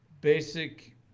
basic